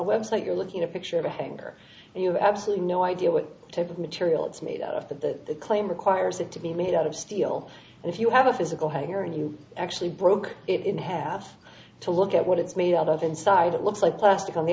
web site you're looking at a picture of a hanger and you have absolutely no idea what type of material it's made out of the claim requires it to be made out of steel and if you have a physical here and you actually broke it in half to look at what it's made out of inside it looks like plastic on the